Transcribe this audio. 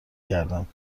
گردم